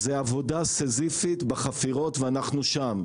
זו עבודה סיזיפית בחפירות, ואנחנו שם.